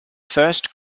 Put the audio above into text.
first